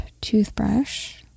toothbrush